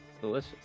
delicious